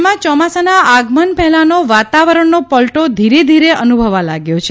રાજ્યમાં ચોમાસાના આગમન પહેલાનો વાતાવરણનો પલટો ધીરે ધીરે અનુભવાયા લાગ્યો છે